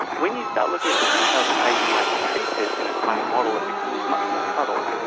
when you start looking at the details of how you might treat this in a climate model it becomes much more subtle.